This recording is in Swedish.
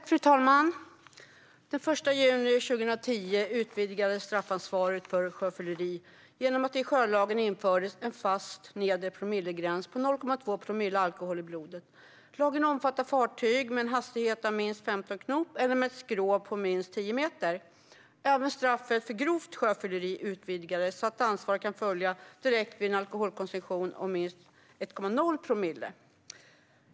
Fru talman! Den 1 juni 2010 utvidgades straffansvaret för sjöfylleri genom att det i sjölagen infördes en fast, nedre gräns på 0,2 promille alkohol i blodet. Lagen omfattar fartyg med en hastighet av minst 15 knop eller med ett skrov på minst 10 meter. Även straffet för grovt sjöfylleri utvidgades så att ansvar kan följa direkt vid en alkoholkoncentration på minst 1,0 promille.